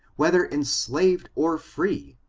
whether enslaved or free,